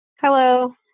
Hello